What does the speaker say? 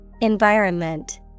environment